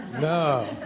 No